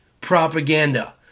propaganda